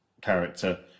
character